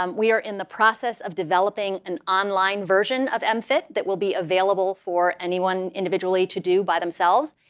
um we are in the process of developing an online version of mmft that that will be available for anyone individually to do by themselves,